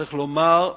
צריך לומר,